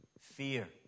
fear